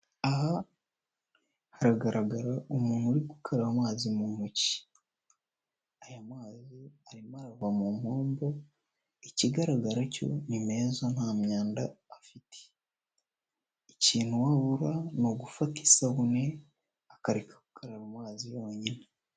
Aha haragaragara umuntu uri gukaraba amazi mu ntoki, aya mazi arimo arava mu mpombo ikigaragara cyo ni meza nta myanda afite, ikintu we abura ni ugufata isabune akareka gukaraba amazi yonyine.